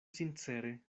sincere